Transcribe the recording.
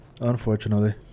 unfortunately